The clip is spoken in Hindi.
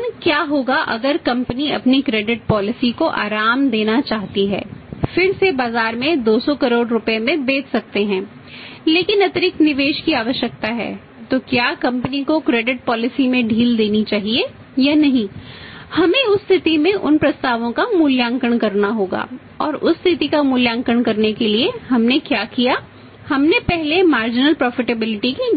लेकिन क्या होगा अगर कंपनी अपनी क्रेडिट पॉलिसी में ढील देनी चाहिए या नहीं हमें उस स्थिति और उन प्रस्तावों का मूल्यांकन करना होगा और उस स्थिति का मूल्यांकन करने के लिए हमने क्या किया हमने पहले मार्जिनल प्रॉफिटेबिलिटी के